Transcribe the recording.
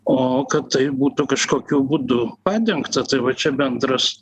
o kad tai būtų kažkokiu būdu padengta tai va čia bendras